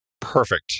perfect